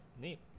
neat